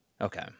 Okay